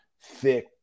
thick